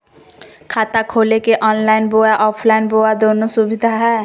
खाता खोले के ऑनलाइन बोया ऑफलाइन बोया दोनो सुविधा है?